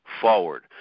forward